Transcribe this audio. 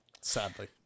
sadly